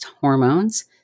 hormones